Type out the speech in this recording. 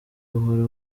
buhoro